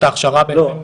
את ההכשרה בעצם.